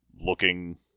looking